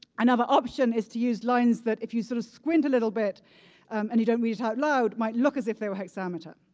another option is to use lines that if you sort of squint a little bit and you don't read it out loud might look as if they were hexameter.